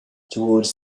towards